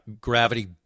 gravity